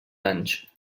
anys